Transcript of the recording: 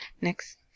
next